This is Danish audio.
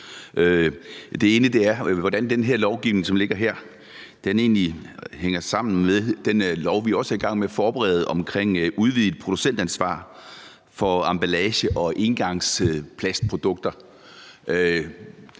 Det ene er om, hvordan den her lovgivning egentlig hænger sammen med det lovforslag, vi også er i gang med at forberede, om udvidet producentansvar for emballage- og engangsplastprodukter;